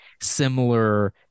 similar